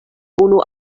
unu